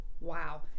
Wow